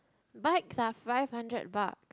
bikes are five hundred bucks